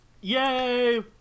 Yay